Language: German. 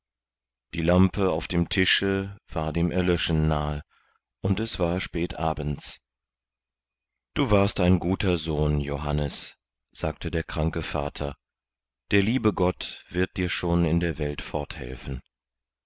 die lampe auf dem tische war dem erlöschen nahe und es war spät abends du warst ein guter sohn johannes sagte der kranke vater der liebe gott wird dir schon in der welt forthelfen